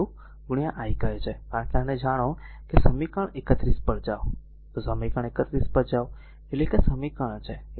કારણ કે આને જાણો જો સમીકરણ 31 પર જાઓ તો સમીકરણ 31 પર જાઓ એટલે કે આ સમીકરણ છે